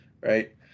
right